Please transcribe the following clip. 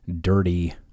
dirty